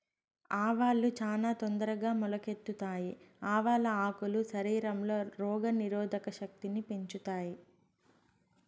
ఆవాలు చానా తొందరగా మొలకెత్తుతాయి, ఆవాల ఆకులు శరీరంలో రోగ నిరోధక శక్తిని పెంచుతాయి